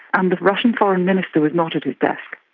um the russian foreign minister was not at his desk.